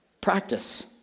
Practice